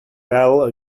battle